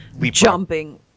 jumping